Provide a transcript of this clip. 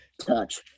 touch